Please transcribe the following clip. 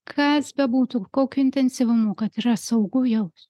kas bebūtų kokiu intensyvumu kad yra saugu jaus